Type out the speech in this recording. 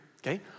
okay